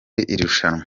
irushanwa